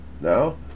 Now